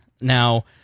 Now